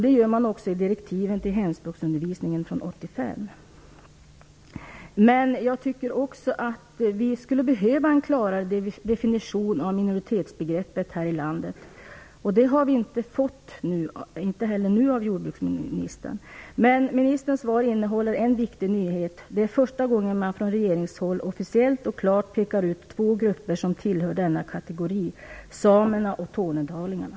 Det gör man också i direktiven för hemspråksundervisningen från Men jag tycker också att vi behöver en klarare definition av minoritetsbegreppet här i landet, och det har vi inte heller nu fått av jordbruksministern. Ministerns svar innehåller dock en viktig nyhet. Det är första gången som man från regeringshåll officiellt och klart pekar ut två grupper som tillhör denna kategori: samerna och tornedalingarna.